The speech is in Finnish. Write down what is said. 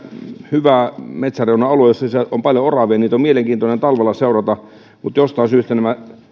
hyvä metsäreuna alue missä on paljon oravia ja niitä on mielenkiintoista talvella seurata mutta jostain syystä nämä oravat